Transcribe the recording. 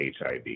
HIV